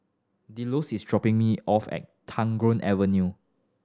delos is dropping me off at Tagore Avenue